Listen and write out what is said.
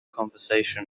conversation